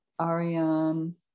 Ariane